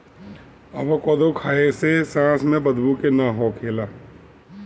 avocado खाए से सांस में बदबू के ना होखेला